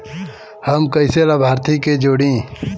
हम कइसे लाभार्थी के जोड़ी?